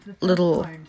little